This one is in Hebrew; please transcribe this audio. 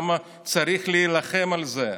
למה צריך להילחם על זה?